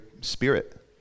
spirit